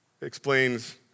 explains